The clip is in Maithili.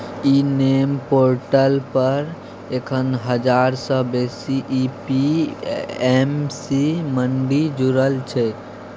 इ नेम पोर्टल पर एखन हजार सँ बेसी ए.पी.एम.सी मंडी जुरल छै